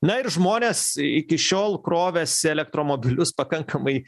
na ir žmonės iki šiol krovės elektromobilius pakankamai